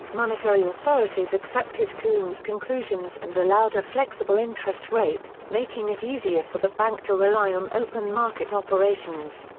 monetary authorities accepted coombs' conclusions and allowed a flexible interest rate, making it easier for the bank to rely on open market operations.